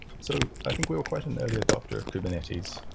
so i think we were quite an early adopter of kubernetes.